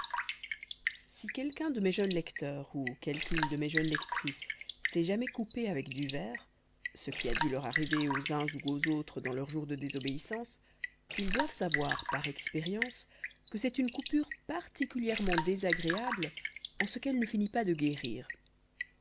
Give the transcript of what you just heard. si quelqu'un de mes jeunes lecteurs ou quelqu'une de mes jeunes lectrices s'est jamais coupé avec du verre ce qui a dû leur arriver aux uns ou aux autres dans leurs jours de désobéissance ils doivent savoir par expérience que c'est une coupure particulièrement désagréable en ce qu'elle ne finit pas de guérir